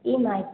EMI